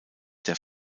der